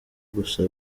gusa